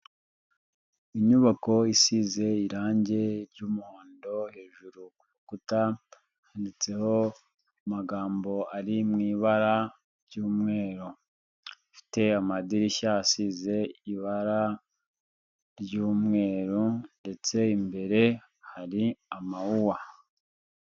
Inyubako isize irangi ry'umuhondo, hejuru ku rukuta handitseho amagambo ari mu ibara ry'umweru, ifite amadirishya asize ibara ry'umweru ndetse imbere hari amawuwa.